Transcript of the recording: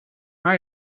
maar